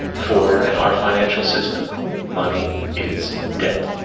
for in our financial system money is debt,